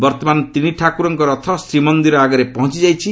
ବର୍ତ୍ତମାନ ତିନି ଠାକୁରଙ୍କ ରଥ ଶ୍ରୀମନ୍ଦିର ଆଗରେ ପହଞ୍ଚି ଯାଇଛି